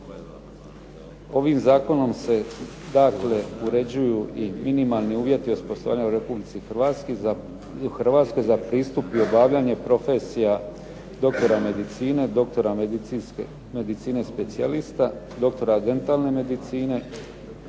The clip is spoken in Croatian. Ovim Zakonom se određuju i minimalni uvjeti osposobljavanja u Republici Hrvatskoj za pristup i obavljanje profesije doktora medicine, doktora medicine specijalista, doktora dentalne medicine,